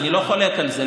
אני לא חולק על זה.